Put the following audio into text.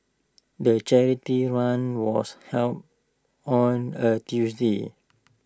the charity run was held on A Tuesday